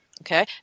Okay